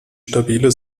stabile